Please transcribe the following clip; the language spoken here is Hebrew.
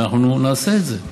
ואנחנו נעשה את זה.